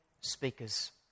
speakers